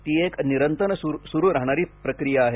ती एक निरंतर सुरु राहणारी प्रक्रिया आहे